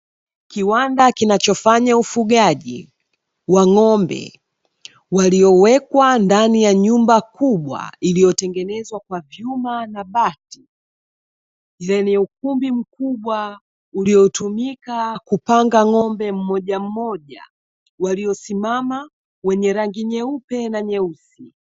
Kiwanda kinachofanya ufugaji wa ng'ombe, waliowekwa ndani ya nyumba kubwa iliyotengenezwa kwa vyuma na bati, yenye ukumbi mkubwa uliotumika kupanga ng'ombe mmoja mmoja, waliosimama wenye rangi nyeupe na nyeusi.